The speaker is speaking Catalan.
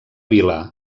vila